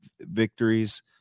victories